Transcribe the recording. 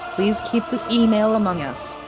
please keep this email among us,